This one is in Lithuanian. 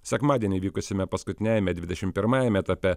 sekmadienį vykusiame paskutiniajame dvidešim pirmajame etape